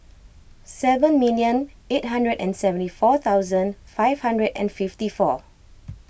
seven million eight hundred and seventy four thousand five hundred and fifty four